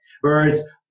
whereas